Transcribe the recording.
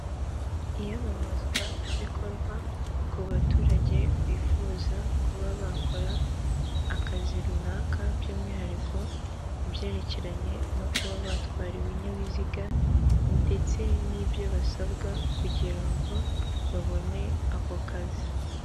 Iyamamazwabikorwa ku baturage bifuza kuba bakora akazi runaka by'umwihariko ibyerekeranye no kuba batwara ibinyabiziga ndetse n'ibyo basabwa kugira ngo babone ako kazi.